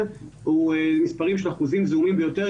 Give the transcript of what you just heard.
אלה מספרים באחוזים זעומים ביותר.